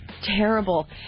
terrible